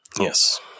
yes